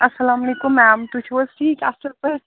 السلامُ علیکُم میم تُہۍ چھُو حظ ٹھیٖک اَصٕل پٲٹھۍ